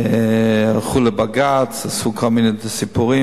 הלכו לבג"ץ, עשו כל מיני סיפורים